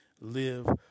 live